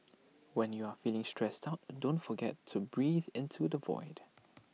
when you are feeling stressed out don't forget to breathe into the void